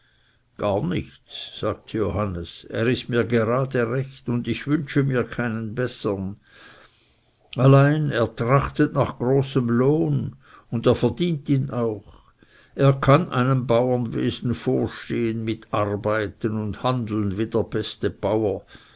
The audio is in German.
gar nichts sagte johannes er ist mir gerade recht und ich wünsche mir keinen bessern allein er trachtet nach großem lohn und er verdient ihn auch er kann einem bauernwesen vorstehen mit arbeiten und handeln wie der beste bauer